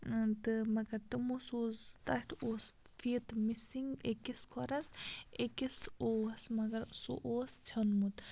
تہٕ مگر تِمو سوٗز تَتھ اوس فیٖتہٕ مِسِنٛگ أکِس کھۄرَس أکِس اوس مگر سُہ اوس ژھیوٚنمُت